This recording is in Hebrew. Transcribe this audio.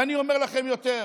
ואני אומר לכם יותר: